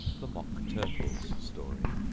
the mock turtle's story